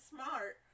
Smart